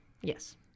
Yes